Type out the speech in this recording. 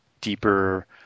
deeper